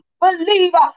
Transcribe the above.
believer